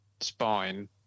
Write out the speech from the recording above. spine